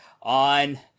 on